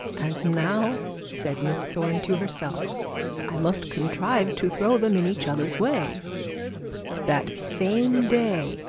and now said miss thorne to herself i must contrive to throw them in each other's way that same day,